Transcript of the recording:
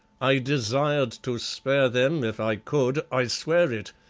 i desired to spare them if i could, i swear it,